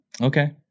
Okay